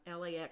LAX